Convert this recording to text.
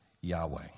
Yahweh